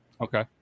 Okay